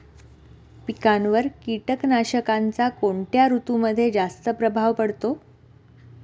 पिकांवर कीटकनाशकांचा कोणत्या ऋतूमध्ये जास्त प्रभाव पडतो?